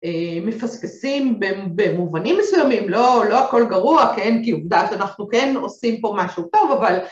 מפסקסים במובנים מסוימים, לא הכל גרוע כן כי עובדה שאנחנו כן עושים פה משהו טוב אבל